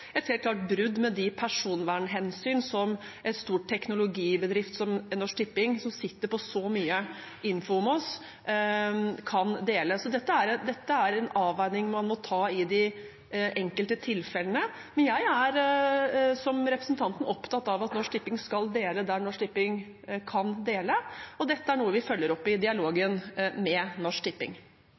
et helt klart brudd med de personvernhensyn som en stor teknologibedrift som Norsk Tipping, som sitter på så mye informasjon om oss, kan dele. Så dette er en avveining man må ta i de enkelte tilfellene. Jeg er, som representanten, opptatt av at Norsk Tipping skal dele der Norsk Tipping kan dele, og dette er noe vi følger opp i dialogen med Norsk Tipping.